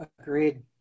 Agreed